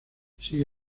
sigue